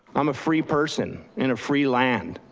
i'm a free person in a free land.